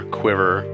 quiver